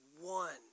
one